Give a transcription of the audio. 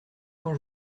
quand